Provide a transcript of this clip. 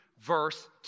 Verse